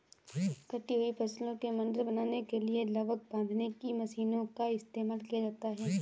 कटी हुई फसलों के बंडल बनाने के लिए लावक बांधने की मशीनों का इस्तेमाल किया जाता है